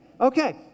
Okay